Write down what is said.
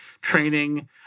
training